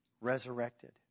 Resurrected